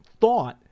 thought